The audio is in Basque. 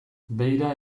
beira